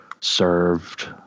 served